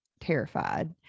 terrified